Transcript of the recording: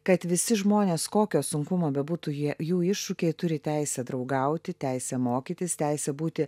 kad visi žmonės kokio sunkumo bebūtų jie jų iššūkiai turi teisę draugauti teisę mokytis teisę būti